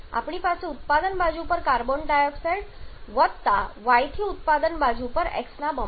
આપણી પાસે ઉત્પાદન બાજુ પર કાર્બન ડાયોક્સાઇડ વત્તા y થી ઉત્પાદન બાજુ પર x ના બમણા છે